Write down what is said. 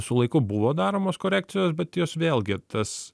su laiku buvo daromos korekcijos bet jos vėlgi tas